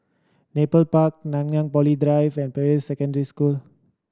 Nepal Park Nanyang Poly Drive and Peirce Secondary School